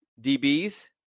DBs